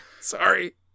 Sorry